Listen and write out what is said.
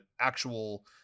actual